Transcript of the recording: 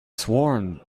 sworn